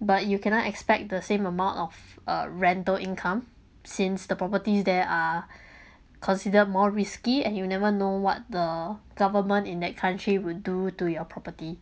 but you cannot expect the same amount of uh rental income since the properties there are considered more risky and you'll never know what the government in that country will do to your property